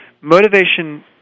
motivation